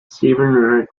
stevens